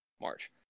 March